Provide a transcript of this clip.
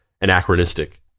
anachronistic